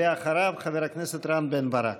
ואחריו, חבר הכנסת רם בן ברק.